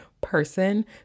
person